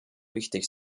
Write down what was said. wichtig